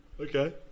Okay